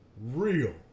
real